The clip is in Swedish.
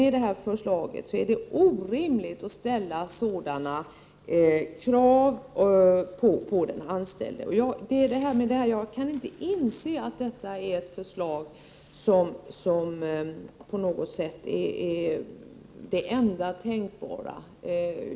Det är orimligt att ställa sådana krav på den anställde. Jag kan inte inse att detta förslag på något sätt är det enda tänkbara.